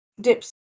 dips